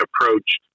approached